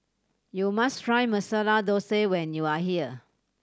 you must try Masala Dosa when you are here